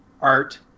art